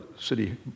city